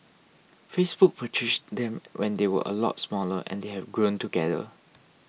Facebook purchased them when they were a lot smaller and they have grown together